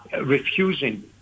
refusing